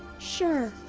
sure.